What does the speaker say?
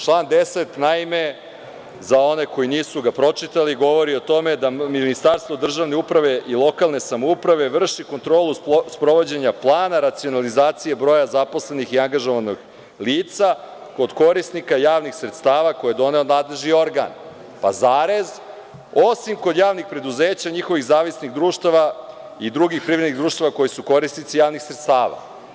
Član 10. za one koji ga nisu pročitali govori o tome da Ministarstvo državne uprave i lokalne samouprave vrši kontrolu sprovođenja plana racionalizacije broja zaposlenih i angažovanog lica od korisnika javnih sredstava koje je doneo nadležni organ zarez osim kod javnih preduzeća, njihovih zavisnih društava i drugih privrednih društava koji su korisnici javnih sredstava.